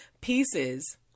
pieces